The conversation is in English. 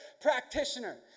practitioner